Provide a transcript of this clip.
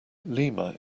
lima